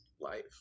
life